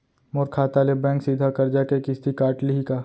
मोर खाता ले बैंक सीधा करजा के किस्ती काट लिही का?